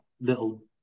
little